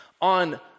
on